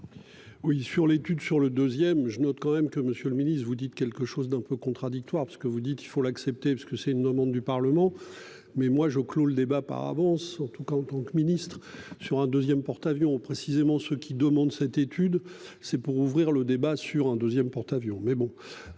Oui sur l'étude sur le deuxième je note quand même que Monsieur le Ministre, vous dites quelque chose d'un peu contradictoire, parce que vous dites, il faut l'accepter parce que c'est une demande du Parlement, mais moi je clos le débat par avance, surtout en, qu'en tant que ministre sur un 2ème porte-avions précisément ce qui demande cette étude c'est pour ouvrir le débat sur un 2ème porte-avions